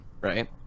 right